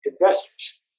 investors